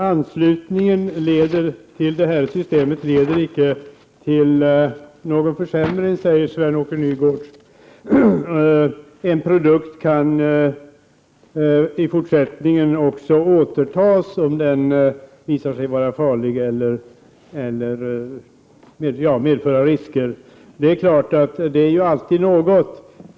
Herr talman! Anslutning till det nya systemet leder inte till någon försämring, säger Sven-Åke Nygårds. En produkt kan även i fortsättningen återtas om den visar sig vara farlig eller medför risker. Det är alltid något.